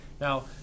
Now